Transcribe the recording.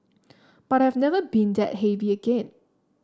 but I have never been that heavy again